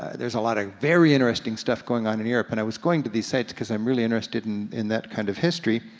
there's a lot of very interesting stuff going on in europe, and i was going to these sites cause i'm really interested in in that kind of history.